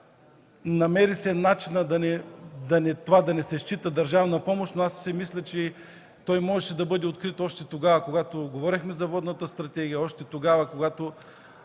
Намери се начинът това да не се счита държавна помощ, но аз все мисля, че можеше да бъде открит още тогава, когато говорехме за Водната стратегия, още тогава, когато